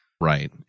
Right